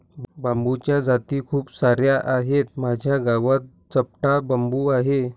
बांबूच्या जाती खूप सार्या आहेत, माझ्या गावात चपटा बांबू आहे